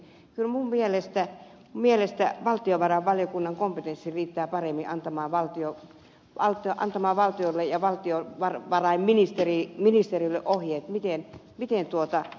kyllä minun mielestäni valtiovarainvaliokunnan kompetenssi riittää paremmin antamaan valtiolle ja valtiovarainministeriölle ohjeet miten kassarahoja käytetään